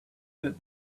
that